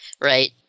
right